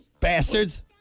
Bastards